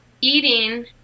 eating